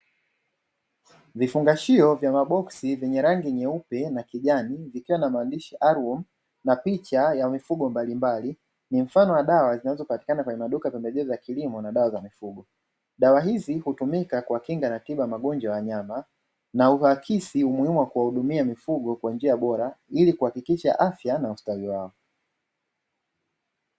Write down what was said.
Vifungashio vya maboksi vyenye rangi nyeupe na kijani vikiwa na maandishi "arwam" na picha ya mifugo mbalimbali ni mfano wa dawa zinazopatikana kwenye maduka pembejeo za kilimo na dawa za mifugo; dawa hizi hutumika kwa kinga na tiba magonjwa ya nyama na uhakisi umuhimu wa kuwahudumia mifugo kwa njia bora, ili kuhakikisha afya na ustawi wao.